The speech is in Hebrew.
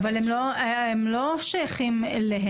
אבל הם לא שייכים אליהם,